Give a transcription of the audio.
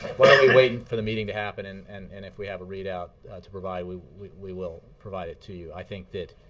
wait for the meeting to happen, and and and if we have a readout to provide, we we will provide it to you. i think that